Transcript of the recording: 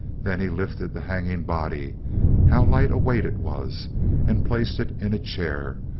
then he lifted the hanging body how light a weight it was and placed it in a chair,